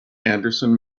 anderson